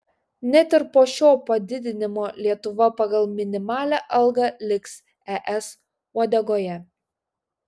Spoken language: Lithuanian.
net ir po šio padidinimo lietuva pagal minimalią algą liks es uodegoje